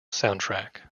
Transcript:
soundtrack